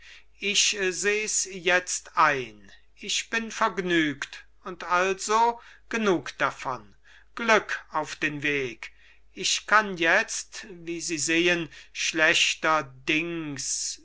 ich sehs jetzt ein ich bin vergnügt und also genug davon glück auf den weg ich kann jetzt wie sie sehen schlechterdings